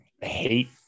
hate